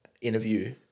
interview